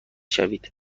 شوید